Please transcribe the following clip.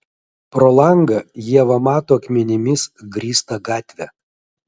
pro langą ieva mato akmenimis grįstą gatvę